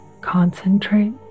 Concentrate